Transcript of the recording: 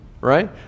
right